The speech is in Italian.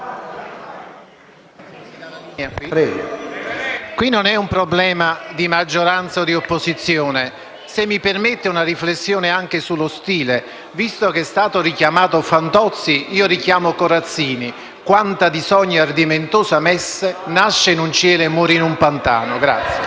non è un problema di maggioranza o di opposizione. Se mi permette una riflessione anche sullo stile, visto che è stato richiamato Fantozzi, io richiamo Corazzini: «Quanta di sogni ardimentosa messe nasce in un cielo e muore in un pantano!».